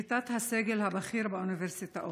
שביתת הסגל הבכיר באוניברסיטאות.